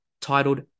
titled